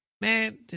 Man